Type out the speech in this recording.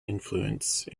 influence